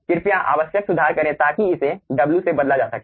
कृपया आवश्यक सुधार करें ताकि इसे w से बदला जा सके